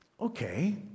Okay